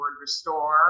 restore